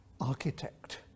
architect